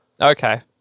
Okay